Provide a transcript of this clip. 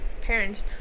parents